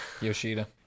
Yoshida